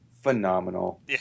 phenomenal